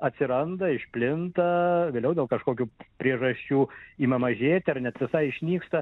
atsiranda išplinta vėliau dėl kažkokių priežasčių ima mažėti ar net visai išnyksta